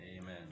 Amen